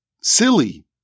silly